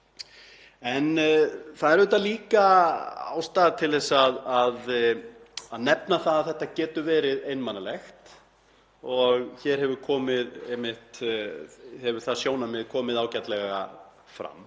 Það er líka ástæða til að nefna að þetta getur verið einmanalegt og hér hefur það sjónarmið komið ágætlega fram.